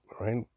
right